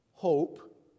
Hope